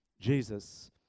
jesus